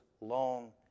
long